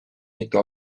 mitu